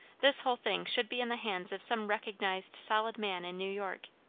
this whole thing should be in the hands of some recognized solid man in new york.